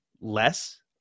less